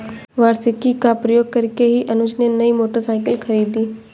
वार्षिकी का प्रयोग करके ही अनुज ने नई मोटरसाइकिल खरीदी